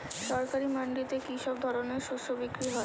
সরকারি মান্ডিতে কি সব ধরনের শস্য বিক্রি হয়?